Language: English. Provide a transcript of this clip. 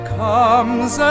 comes